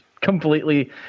Completely